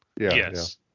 Yes